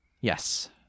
Yes